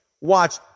watch